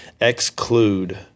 exclude